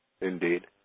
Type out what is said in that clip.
Indeed